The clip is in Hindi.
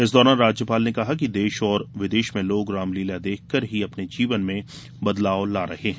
इस दौरान राज्यपाल ने कहा कि देश और विदेश में लोग रामलीला देखकर ही अपने जीवन में बदलाव ला रहे हैं